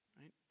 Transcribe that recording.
right